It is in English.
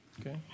Okay